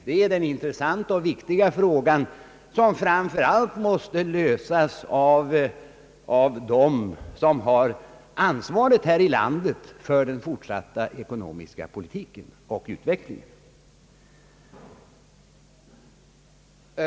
Det är den intressanta och viktiga fråga, som framför allt måste lösas av dem som har ansvaret för den fortsatta ekonomiska politiken och utvecklingen i vårt land.